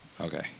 okay